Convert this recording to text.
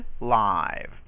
live